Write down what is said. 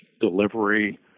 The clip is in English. delivery